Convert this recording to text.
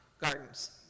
gardens